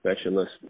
specialist